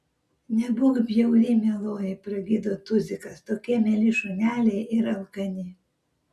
nebūk bjauri mieloji pragydo tuzikas tokie mieli šuneliai ir alkani